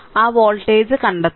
ആ വോൾട്ടേജ് കണ്ടെത്തണം